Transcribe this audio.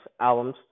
albums